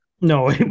No